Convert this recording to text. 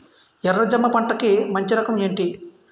ఎర్ర జమ పంట కి మంచి రకం ఏంటి?